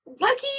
Lucky